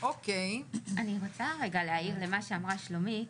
אני רוצה להעיר למה שאמרה שלומית.